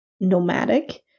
nomadic